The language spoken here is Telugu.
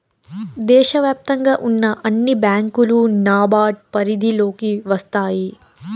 దేశ వ్యాప్తంగా ఉన్న అన్ని బ్యాంకులు నాబార్డ్ పరిధిలోకి వస్తాయి